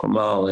כלומר,